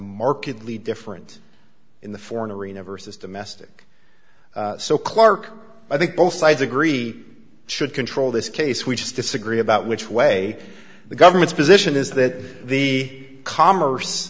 markedly different in the foreign arena versus domestic so clark i think both sides agree should control this case we just disagree about which way the government's position is that the commerce